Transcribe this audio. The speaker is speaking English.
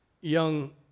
young